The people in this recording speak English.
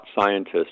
scientists